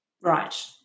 Right